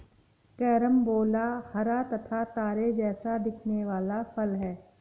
carambola हरा तथा तारे जैसा दिखने वाला फल है